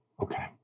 Okay